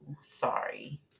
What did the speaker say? sorry